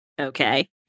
Okay